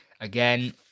Again